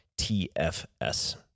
TFS